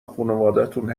خونوادتون